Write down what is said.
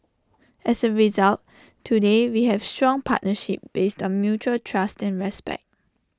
as A result today we have A strong partnership based on mutual trust and respect